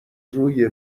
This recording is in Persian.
روی